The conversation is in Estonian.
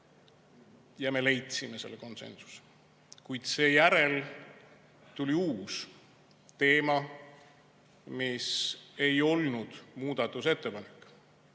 Ja me leidsime selle konsensuse. Kuid seejärel tuli uus teema, mis ei olnud muudatusettepanek.